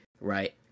right